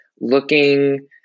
looking